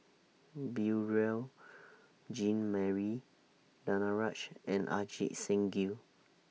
Beurel Jean Marie Danaraj and Ajit Singh Gill